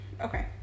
Okay